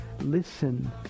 listen